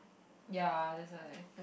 ya that's why